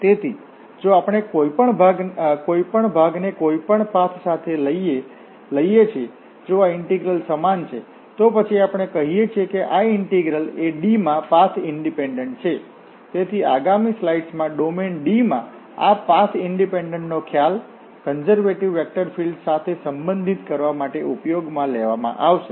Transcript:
તેથી જો આપણે કોઈ પણ ભાગને કોઈપણ પાથ સાથે લઈએ છીએ જો આ ઇન્ટિગ્રલ સમાન છે તો પછી આપણે કહીએ છીએ કે આ ઇન્ટિગ્રલ એ D માં પાથ ઈંડિપેંડન્ટ છે તેથી આગામી સ્લાઇડ્સમાં ડોમેન D માં આ પાથ ઈંડિપેંડન્ટ નો ખ્યાલ કન્ઝર્વેટિવ વેક્ટર ફીલ્ડ્ સાથે સંબંધિત કરવા માટે ઉપયોગમાં લેવામાં આવશે